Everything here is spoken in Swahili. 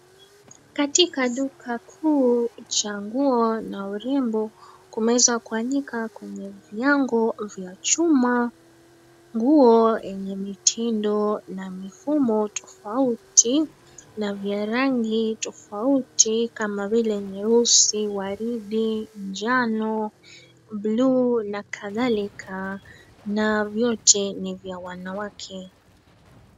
Katika duka kuu cha nguo na urembo kumeweza kuanyika kwenye viango vya chuma, nguo yenye mitindo na mifumo tofauti na vya rangi tofauti kama vile nyeusi, waridi, njano, buluu na kadhalika na vyote ni vya wanawake.